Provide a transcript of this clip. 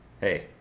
hey